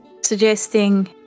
suggesting